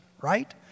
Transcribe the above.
right